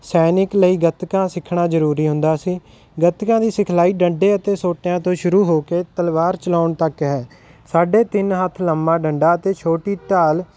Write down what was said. ਸੈਨਿਕ ਲਈ ਗੱਤਕਾ ਸਿੱਖਣਾ ਜ਼ਰੂਰੀ ਹੁੰਦਾ ਸੀ ਗੱਤਕਿਆਂ ਦੀ ਸਿਖਲਾਈ ਡੰਡੇ ਅਤੇ ਸੋਟਿਆਂ ਤੋਂ ਸ਼ੁਰੂ ਹੋ ਕੇ ਤਲਵਾਰ ਚਲਾਉਣ ਤੱਕ ਹੈ ਸਾਢੇ ਤਿੰਨ ਹੱਥ ਲੰਬਾ ਡੰਡਾ ਅਤੇ ਛੋਟੀ ਢਾਲ